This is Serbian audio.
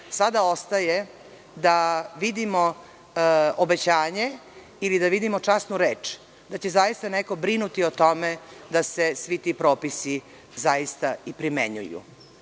sada ostaje da vidimo obećanje ili da vidimo časnu reč da će zaista neko brinuti o tome da se svi ti propisi zaista i primenjuju.